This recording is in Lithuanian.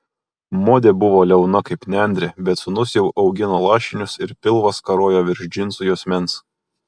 modė buvo liauna kaip nendrė bet sūnus jau augino lašinius ir pilvas karojo virš džinsų juosmens